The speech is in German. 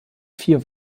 vier